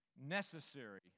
necessary